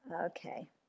Okay